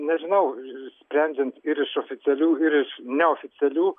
nežinau sprendžiant ir iš oficialių ir iš neoficialių